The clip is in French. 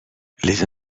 les